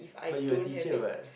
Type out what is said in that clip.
but you are a teacher [what]